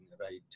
right